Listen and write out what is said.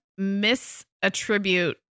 misattribute